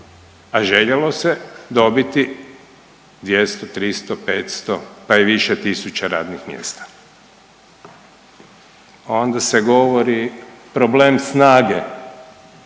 a željelo se dobiti 200, 300, 500 pa i više tisuća radnih mjesta. Onda se govori problem snage